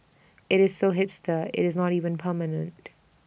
IT is so hipster IT is not even permanent